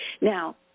Now